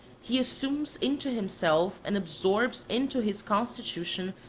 he assumes into himself, and absorbs into his constitution,